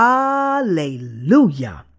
Hallelujah